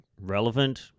relevant